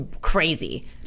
crazy